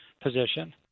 position